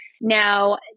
Now